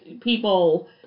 people